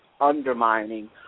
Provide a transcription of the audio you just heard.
Undermining